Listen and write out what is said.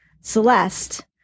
Celeste